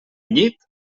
llit